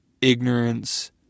ignorance